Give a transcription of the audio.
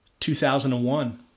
2001